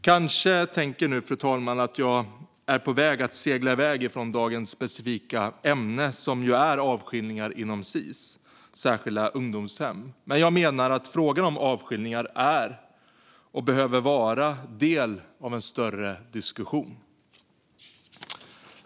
Kanske tänker nu fru talmannen att jag är på väg att segla iväg från dagens specifika ämne som ju är avskiljningar inom Sis särskilda ungdomshem, men jag menar att frågan om avskiljningar är och behöver vara del av en större diskussion.